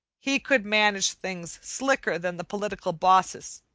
he could manage things slicker than the political bosses,